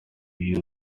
you